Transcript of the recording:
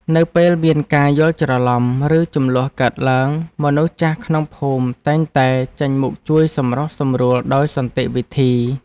នៅពេលមានការយល់ច្រឡំ ឬជម្លោះកើតឡើង មនុស្សចាស់ក្នុងភូមិតែងតែចេញមុខជួយសម្រុះសម្រួលដោយសន្តិវិធី។